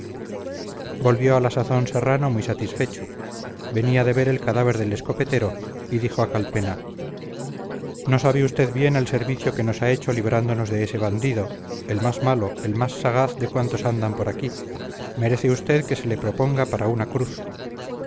volvió a la sazón serrano muy satisfecho venía de ver el cadáver del escopetero y dijo a calpena no sabe usted bien el servicio que nos ha hecho librándonos de ese bandido el más malo el más sagaz de cuantos andan por aquí merece usted que se le proponga para una cruz